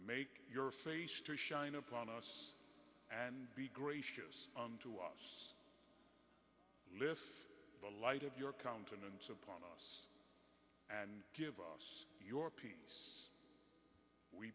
make your face to shine upon us and be gracious unto us lift the light of your countenance upon us and give us your peace we